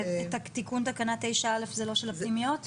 תיקון תקנה 9.א. זה לא של הפנימיות?